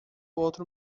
outro